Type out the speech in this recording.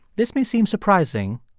this may seem surprising,